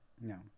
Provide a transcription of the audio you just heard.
No